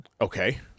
Okay